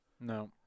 No